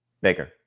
Baker